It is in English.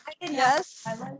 yes